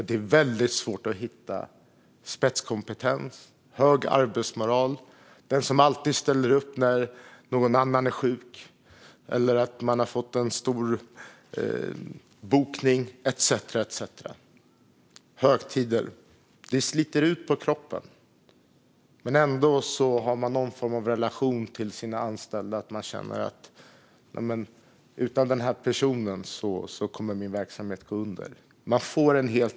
Det är väldigt svårt att hitta spetskompetens och någon med hög arbetsmoral - den som alltid ställer upp när någon annan är sjuk eller då man har fått en stor bokning, till exempel vid högtider. Detta sliter på kroppen, men man har en speciell relation till de anställda och känner kanske att utan just den personen kommer verksamheten att gå under.